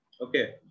Okay